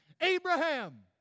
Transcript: Abraham